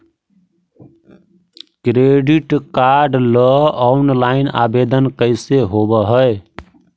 Credit card ल online आवेदन कैसे होब है?